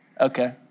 Okay